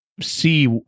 see